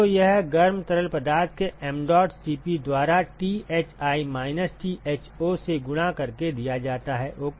तो यह गर्म तरल पदार्थ के mdot Cp द्वारा Thi माइनस Tho से गुणा करके दिया जाता है ओके